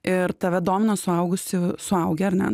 ir tave domino suaugusių suaugę ar ne